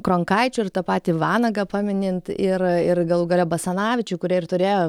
kronkaičio ir tą patį vanagą paminint ir ir galų gale basanavičių kurie ir turėjo